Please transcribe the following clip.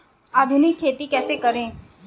आधुनिक खेती कैसे करें?